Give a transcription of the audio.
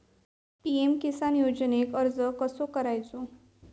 PM Kisan योजनेक अर्ज कसो करायचो?